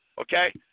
okay